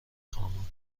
خواهم